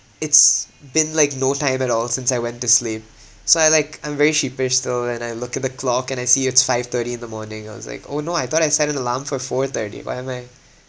it's been like no time at all since I went to sleep so I like I'm very sheepish still and I look at the clock and I see it's five-thirty in the morning I was like oh no I thought I set an alarm for four-thirty why am I